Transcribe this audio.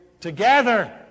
together